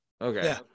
Okay